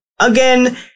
again